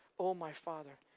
oh my father,